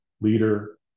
leader